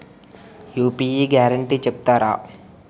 UPI guarantee చెప్తారా?